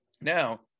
now